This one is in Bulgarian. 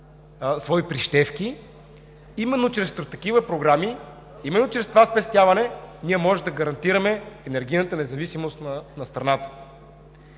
такива програми, именно чрез това спестяване можем да гарантираме енергийната независимост на страната.